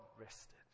rested